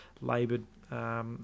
laboured